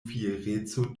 fiereco